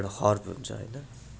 एउटा हर्ब हुन्छ होइन